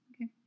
Okay